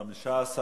15,